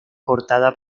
cortada